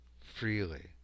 freely